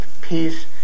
peace